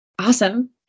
awesome